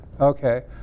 Okay